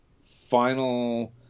final